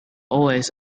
always